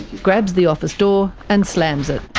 grabs the office door, and slams it.